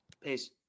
Peace